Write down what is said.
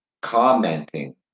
Commenting